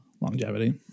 longevity